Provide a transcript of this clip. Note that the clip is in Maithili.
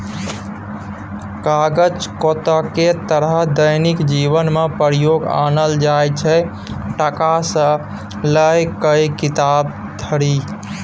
कागत कतेको तरहक दैनिक जीबनमे प्रयोग आनल जाइ छै टका सँ लए कए किताब धरि